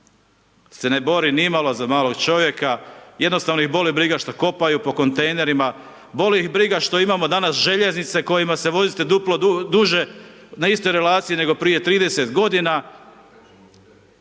se ne bori nimalo za maloga čovjeka. Jednostavno ih boli briga što kopaju po kontejnerima, boli ih briga što imamo danas željeznice kojima se vozite duplo duže na istoj relaciji, nego prije 30 godina.